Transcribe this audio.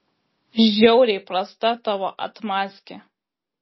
žiauriai prasta tavo atmazkė